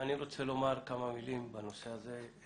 אני רוצה לומר כמה מילים בנושא הזה.